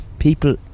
People